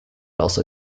also